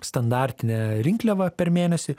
standartinę rinkliavą per mėnesį